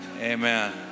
amen